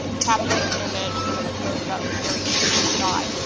capture this image kind of a close-up very intimate shot,